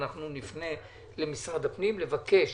אנחנו נפנה למשרד הפנים לבקש